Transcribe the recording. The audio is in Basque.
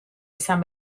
izan